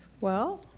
well,